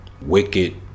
Wicked